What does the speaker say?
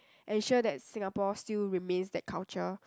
ensure that Singapore still remains that culture